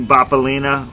Bapalina